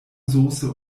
soße